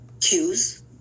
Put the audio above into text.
cues